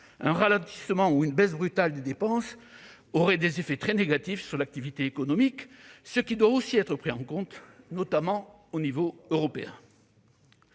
un ralentissement ou une baisse brutale des dépenses aurait des effets très négatifs sur l'activité économique : ces éléments doivent être pris en compte, notamment au niveau européen.